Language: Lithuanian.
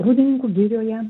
rūdininkų girioje